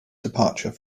departure